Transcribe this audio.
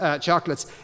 chocolates